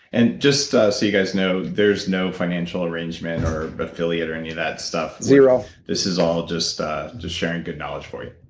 and just so you guys know, there's no financial arrangement or affiliate or any of that stuff zero this is all just just sharing good knowledge for you.